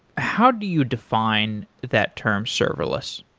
how do you define that term serverless?